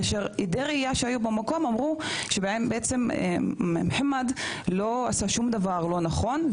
כאשר עדי ראייה שהיו במקום אמרו שבעצם מוחמד לא עשה שום דבר לא נכון,